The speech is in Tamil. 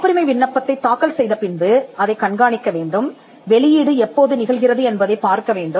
காப்புரிமை விண்ணப்பத்தைத் தாக்கல் செய்த பின்புஅதைக் கண்காணிக்கவேண்டும் வெளியீடு எப்போது நிகழ்கிறது என்பதைப் பார்க்கவேண்டும்